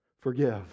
forgive